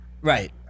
Right